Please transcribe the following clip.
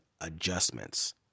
adjustments